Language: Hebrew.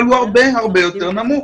אבל הוא הרבה הרבה יותר נמוך.